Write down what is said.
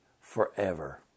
forever